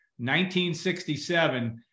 1967